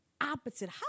opposite